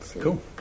Cool